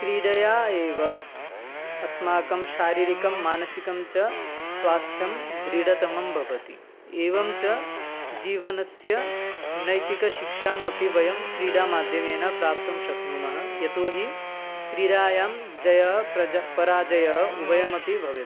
क्रीडया एव अस्माकं शारीरिकं मानसिकं च स्वास्थ्यं दृढतमं भवति एवं च जीवनस्य नैतिकशिक्षामपि वयं क्रीडामाध्यमेन प्राप्तुं शक्नुमः यतो हि क्रीडायां जयः प्रजः पराजयः उभयमपि भवति